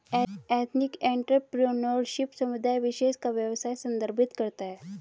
ethnic entrepreneurship समुदाय विशेष का व्यवसाय संदर्भित करता है